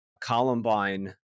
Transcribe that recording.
Columbine